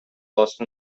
lost